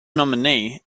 nominee